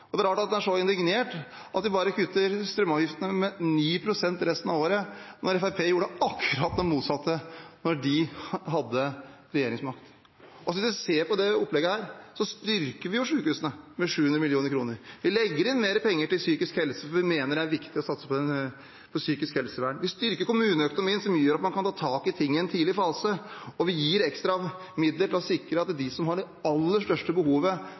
Det er rart at han er så indignert over at vi bare kutter strømavgiftene med 9 pst. resten av året, når Fremskrittspartiet gjorde akkurat det motsatte da de hadde regjeringsmakt. Hvis man ser på dette opplegget, styrker vi jo sykehusene med 700 mill. kr. Vi legger inn mer penger til psykisk helse, for vi mener at det er viktig å satse på psykisk helsevern. Vi styrker kommuneøkonomien, noe som gjør at man kan ta tak i ting i en tidlig fase. Vi gir ekstra midler til å sikre at for dem som har det aller største behovet,